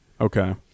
Okay